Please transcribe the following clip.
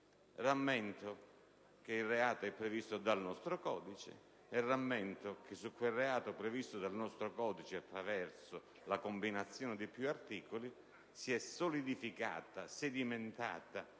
Rammento che il reato è previsto dal nostro codice e che su quel reato, previsto dal nostro codice, attraverso una combinazione di più articoli, si è solidificata, sedimentata